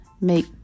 Make